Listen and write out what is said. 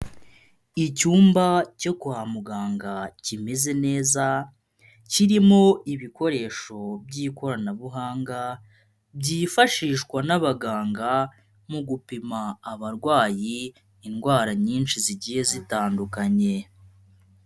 Icyumba cyo kwa muganga kimeze neza, kirimo ibikoresho by'ikoranabuhanga byifashishwa n'abaganga mu gupima abarwayi indwara nyinshi zigiye zitandukanye.